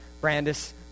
Brandis